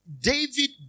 David